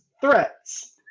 threats